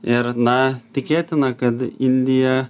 ir na tikėtina kad indija